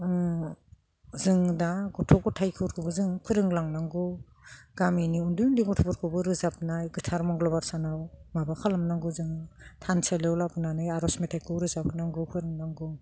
जों दा गथ' गथाइफोरखौ फोरोंलांनांगौ गामिनि उन्दै उन्दै गथ'फोरखौबो रोजाबनाय गोथार मंगलबार सानाव माबा खालामनांगौ जों थानसालियाव लाबोनानै आर'ज मेथाइखौ रोजाबनांगौ फोरोंनांगौ